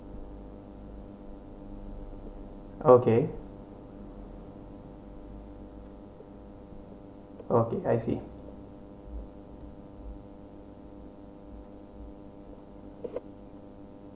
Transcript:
okay okay I see